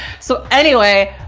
so anyway,